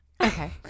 Okay